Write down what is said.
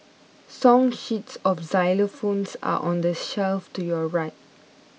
song sheets of xylophones are on the shelf to your right